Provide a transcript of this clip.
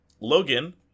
Logan